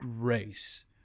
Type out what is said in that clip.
grace